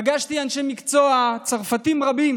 פגשתי אנשי מקצוע צרפתים רבים